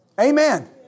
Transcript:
Amen